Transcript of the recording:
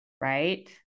right